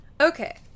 Okay